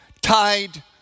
tied